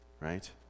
right